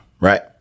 right